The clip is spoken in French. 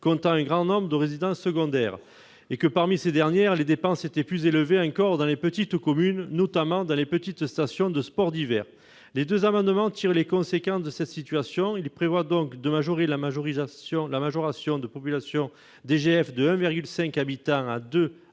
comptant un grand nombre de résidences secondaires et que, parmi ces dernières, les dépenses étaient plus élevées encore dans les petites communes, notamment dans les petites stations de sports d'hiver. Ces deux amendements visent à tirer les conséquences de cette situation. Leurs auteurs prévoient de majorer la majoration de population DGF en la portant à deux habitants